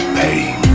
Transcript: pain